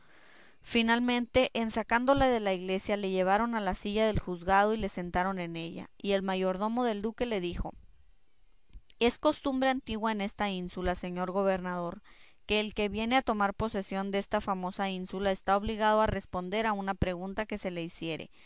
finalmente en sacándole de la iglesia le llevaron a la silla del juzgado y le sentaron en ella y el mayordomo del duque le dijo es costumbre antigua en esta ínsula señor gobernador que el que viene a tomar posesión desta famosa ínsula está obligado a responder a una pregunta que se le hiciere